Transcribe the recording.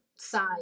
side